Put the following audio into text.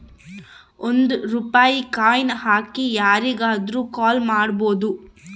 ಒಂದ್ ರೂಪಾಯಿ ಕಾಯಿನ್ ಹಾಕಿ ಯಾರಿಗಾದ್ರೂ ಕಾಲ್ ಮಾಡ್ಬೋದು